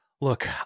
look